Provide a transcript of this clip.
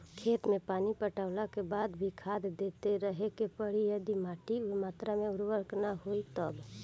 खेत मे पानी पटैला के बाद भी खाद देते रहे के पड़ी यदि माटी ओ मात्रा मे उर्वरक ना होई तब?